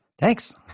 Thanks